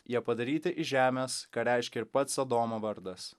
jie padaryti iš žemės ką reiškia ir pats adomo vardas